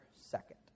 second